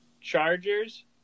Chargers